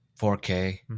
4K